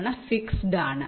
അവ ഫിക്സഡ് ആണ്